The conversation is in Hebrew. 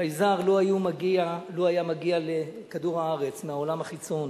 חייזר לו היה מגיע לכדור-הארץ מהעולם החיצון